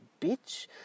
bitch